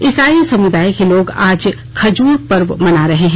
ईसाई समुदाय के लोग आज खजूर पर्व मना रहे हैं